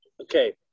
Okay